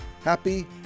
Happy